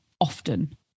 often